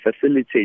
facilitate